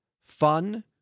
fun